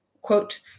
quote